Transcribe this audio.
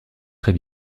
très